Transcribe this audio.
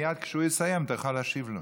מייד כשהוא יסיים תוכל להשיב לו.